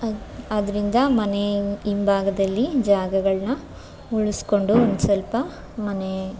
ಆದ್ದರಿಂದ ಮನೆಯ ಹಿಂಬಾಗದಲ್ಲಿ ಜಾಗಗಳನ್ನ ಉಳಿಸಿಕೊಂಡು ಒಂದು ಸ್ವಲ್ಪ ಮನೆ